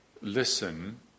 listen